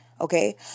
Okay